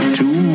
two